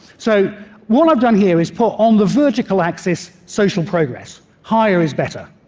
so what i've done here is put on the vertical axis social progress. higher is better.